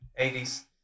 80s